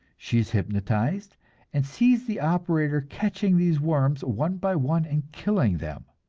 she is hypnotized and sees the operator catching these worms one by one and killing them.